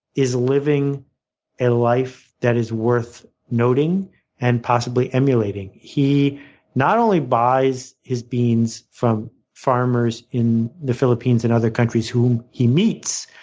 is living a life that is worth noting and possibly emulating. he not only buys his beans from farmers in the philippines in other countries who he meets,